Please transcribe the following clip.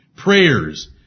prayers